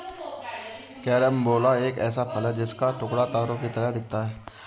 carambola एक ऐसा फल है जिसका एक टुकड़ा तारों की तरह दिखता है